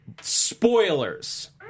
Spoilers